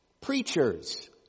preachers